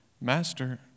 Master